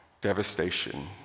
devastation